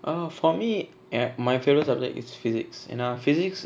err for me eh my favourite subject it's physics and uh physics